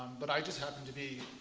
but i just happened to be